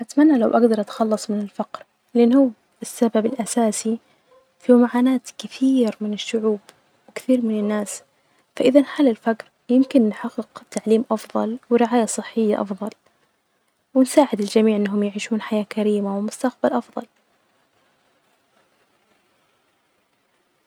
أتمني لو أجدر أتخلص من الفقر، لأنة السبب الأساسي في معاناة كثير من الشعوب وكثير من الناس فإذا انحل الفقر يمكن نحقق تعليم أفظل، رعاية صحية أفظل، ونساعد الجميع أنهم يعيشون حياة كريمة ومستقبل أفظل.